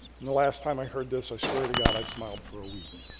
and the last time i heard this, i swear to god i smiled for a week.